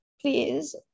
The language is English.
Please